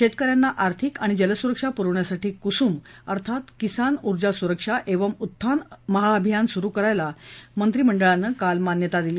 शेतक यांना आर्थिक आणि जलसुरक्षा पुरवण्यासाठी कुसुम अर्थात किसान ऊर्जा सुरक्षा एवम उत्थान महाअभियान सुरु करायला मंत्रिमंडळानं मंजुरी दिली